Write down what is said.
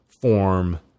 form